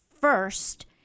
first